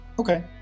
Okay